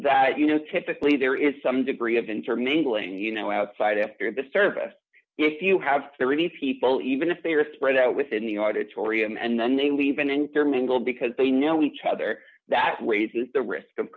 that d you know typically there is some degree of intermingling you know outside after the service if you have thirty people even if they are spread out within the are to torreon and then they leave and intermingle because they know each other that raises the risk of